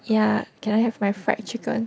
ya can I have my fried chicken